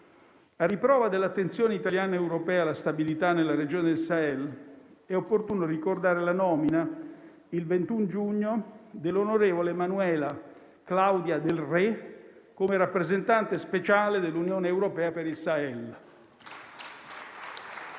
A riprova dell'attenzione italiana ed europea alla stabilità nella regione del Sahel, è opportuno ricordare la nomina, il 21 giugno, dell'onorevole Emanuela Claudia Del Re come rappresentante speciale dell'Unione europea per il Sahel.